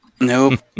Nope